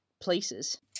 places